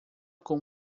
com